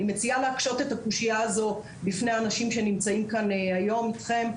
אני מציעה להקשות את הקושיה הזו בפני האנשים שנמצאים כאן היום אתכם,